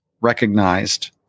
recognized